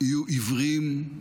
יהיו עיוורים,